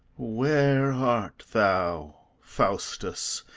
where art thou, faustus?